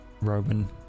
Roman